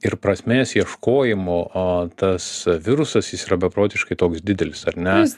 ir prasmės ieškojimo tas virusas jis yra beprotiškai toks didelis ar ne